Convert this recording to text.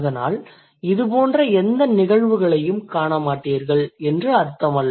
அதனால் இதுபோன்ற எந்த நிகழ்வுகளையும் காண மாட்டீர்கள் என்று அர்த்தமல்ல